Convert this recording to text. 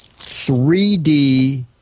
3D